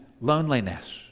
loneliness